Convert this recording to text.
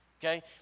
Okay